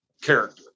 character